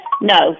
No